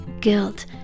guilt